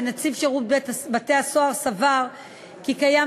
ונציב שירות בתי-הסוהר סבר כי קיים